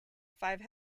five